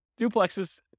duplexes